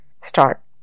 start